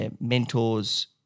mentors